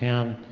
and